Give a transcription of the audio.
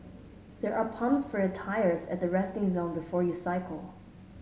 there are pumps for your tyres at the resting zone before you cycle